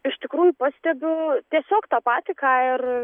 iš tikrųjų pastebiu tiesiog tą patį ką ir